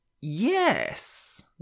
Yes